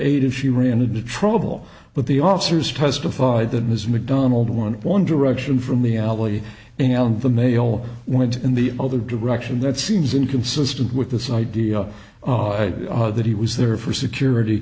if she ran into trouble but the officers testified that ms mcdonald one one direction from the alley and the male went in the other direction that seems inconsistent with this idea that he was there for security